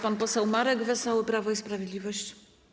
Pan poseł Marek Wesoły, Prawo i Sprawiedliwość.